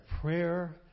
prayer